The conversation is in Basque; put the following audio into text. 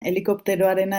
helikopteroarena